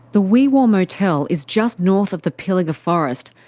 the wee waa motel is just north of the pilliga forest,